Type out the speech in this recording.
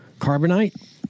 Carbonite